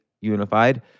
unified